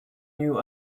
new